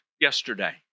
yesterday